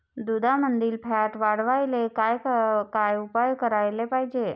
दुधामंदील फॅट वाढवायले काय काय उपाय करायले पाहिजे?